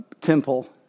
temple